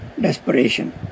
desperation